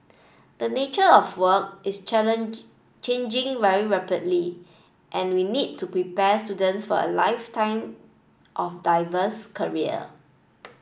the nature of work is challenge changing very rapidly and we need to prepare students for a lifetime of diverse career